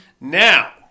Now